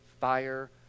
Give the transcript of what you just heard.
fire